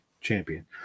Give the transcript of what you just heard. champion